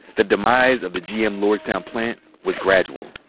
the demise of the gm lordstown plant was gradual.